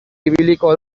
ibiliko